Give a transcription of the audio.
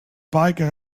biker